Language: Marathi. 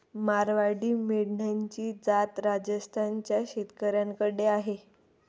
मारवाडी मेंढ्यांची जात राजस्थान च्या शेतकऱ्याकडे आहे